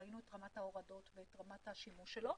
ראינו את רמת ההורדות ואת רמת השימוש בו.